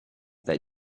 that